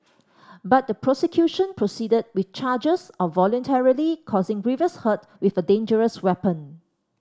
but the prosecution proceeded with charges of voluntarily causing grievous hurt with a dangerous weapon